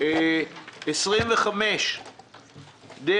53 ברשימה 15-65-19